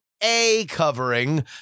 A-covering